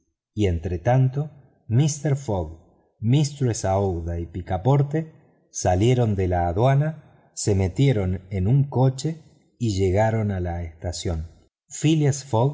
y entretranto mister fogg mistress aouida y picaporte salieron de la aduana se metieron en un coche y llegaron a la estación